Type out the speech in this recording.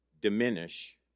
diminish